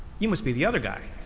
you must be the other guy.